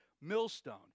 millstone